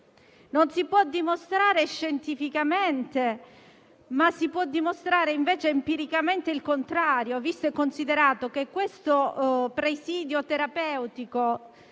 Non si può dimostrare scientificamente, ma si può dimostrare invece empiricamente il contrario, visto e considerato che questo presidio terapeutico